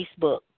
Facebook